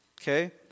Okay